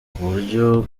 kuburyo